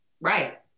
Right